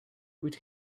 with